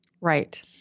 Right